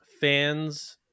fans